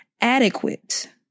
adequate